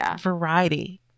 variety